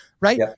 right